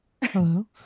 Hello